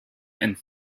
and